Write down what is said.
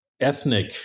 Ethnic